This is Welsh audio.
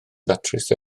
ddatrys